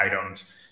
items